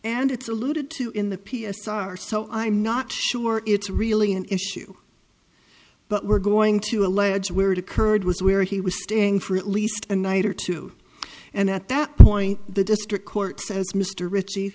and it's alluded to in the p s r so i'm not sure it's really an issue but we're going to allege where it occurred was where he was staying for at least a night or two and at that point the district court says mr ritchie